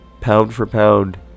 pound-for-pound